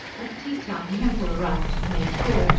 at tea-time hempel arrived to pay a call,